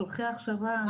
צורכי הכשרה,